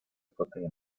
protege